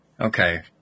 Okay